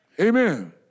Amen